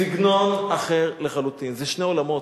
סגנון אחר לחלוטין, זה שני עולמות,